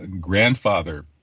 grandfather